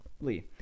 Lee